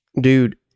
dude